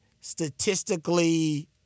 statistically